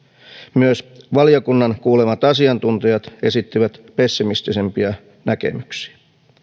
myös valiokunnan kuulemat asiantuntijat esittivät pessimistisempiä näkemyksiä